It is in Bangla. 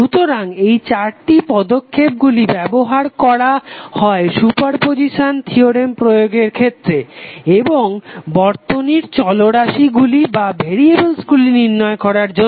সুতরাং এই চারটি পদক্ষেপ গুলি ব্যবহার করা হয় সুপারপজিসান থিওরেম প্রয়োগের ক্ষেত্রে এবং বর্তনীর চলরাশি গুলি নির্ণয় করার জন্য